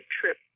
trip